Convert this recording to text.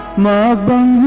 mall job